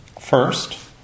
First